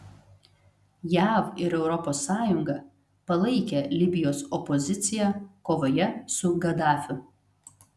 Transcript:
jav ir europos sąjunga palaikė libijos opoziciją kovoje su gadafiu